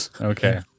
Okay